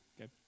Okay